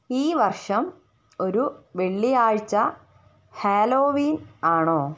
ഈ വർഷം ഒരു വെള്ളിയാഴ്ച ഹാലോവീൻ ആണോ